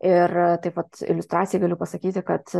ir taip pat iliustracijai galiu pasakyti kad